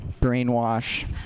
Brainwash